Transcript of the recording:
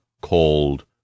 called